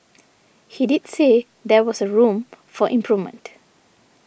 he did say there was a room for improvement